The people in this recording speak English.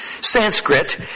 Sanskrit